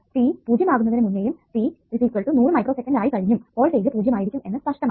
t 0 ആകുന്നതിനു മുന്നെയും t 100 microseconds ആയി കഴിഞ്ഞും വോൾടേജ് 0 ആയിരിക്കും എന്ന് സ്പഷ്ടമാണ്